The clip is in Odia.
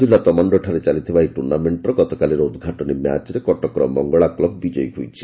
ଜିଲ୍ଲା ତମାଶ୍ଡୋଠାରେ ଚାଲିଥିବା ଏହି ଟୁର୍ଗ୍ଡାମେଣ୍ଟର ଗତକାଲିର ଉଦ୍ଘାଟନୀ ମ୍ୟାଚରେ କଟକର ମଙ୍ଗଳା କୁବ ବିଜୟୀ ହୋଇଛି